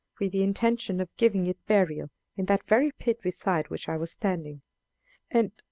with the intention of giving it burial in that very pit beside which i was standing and,